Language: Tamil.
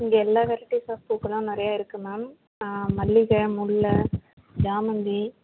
இங்கே எல்லா வெரைட்டிஸ் ஆஃப் பூக்கெலாம் நிறையா இருக்குது மேம் மல்லிகை முல்லை சாமந்தி